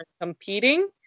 competing